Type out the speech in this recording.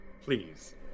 Please